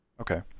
Okay